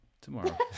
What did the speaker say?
tomorrow